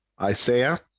Isaiah